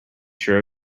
sure